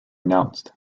announced